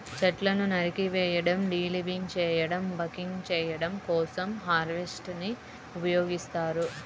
చెట్లను నరికివేయడం, డీలింబింగ్ చేయడం, బకింగ్ చేయడం కోసం హార్వెస్టర్ ని ఉపయోగిస్తారు